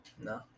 No